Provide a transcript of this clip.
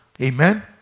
amen